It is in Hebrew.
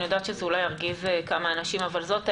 אני יודעת שזה אולי ירגיז כמה אנשים אבל זאת האמת,